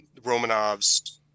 Romanovs